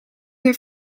ben